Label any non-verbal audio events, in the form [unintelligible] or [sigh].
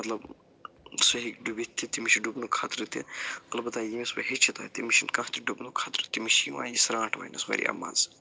مطلب سُہ ہیٚکہِ ڈُبِتھ تہِ تٔمِس چھُ ڈُبنُک خطرٕ تہِ البتہ [unintelligible] ہیٚچھِتھ آے تٔمِس چھِنہٕ کانٛہہ تہِ ڈُبنُک خطرٕ کیٚنٛہہ مےٚ چھِ یِوان یہِ سرانٛٹھ وایِنس وارِیاہ مَزٕ